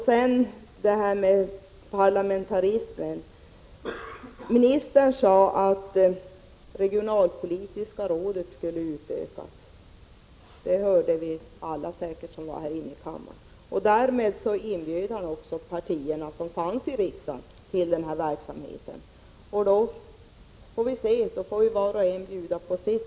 Sedan till frågan om parlamentarism. Ministern sade att regionalpolitiska rådet skulle utökas. Det hörde säkert alla som var närvarande i kammaren. Därmed inbjöd ministern alla partier i riksdagen till den här verksamheten. Nu får var och en bjuda på sitt.